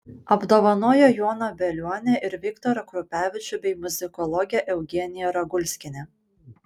apdovanojo joną bielionį ir viktorą kuprevičių bei muzikologę eugeniją ragulskienę